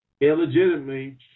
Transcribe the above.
illegitimately